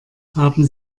haben